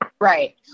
Right